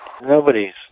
Nobody's